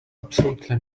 absolutely